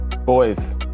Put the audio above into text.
Boys